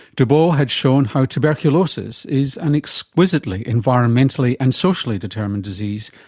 dubos had shown how tuberculosis is an exquisitely environmental and socially determined disease,